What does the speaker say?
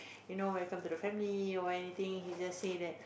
you know welcome to the family or anything he just say that